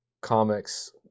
comics